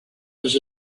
was